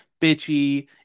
bitchy